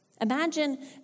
imagine